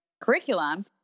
curriculum